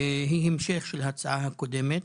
היא המשך של ההצעה הקודמת.